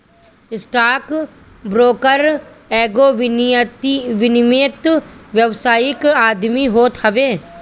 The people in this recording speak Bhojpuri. स्टाक ब्रोकर एगो विनियमित व्यावसायिक आदमी होत हवे